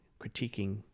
critiquing